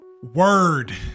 Word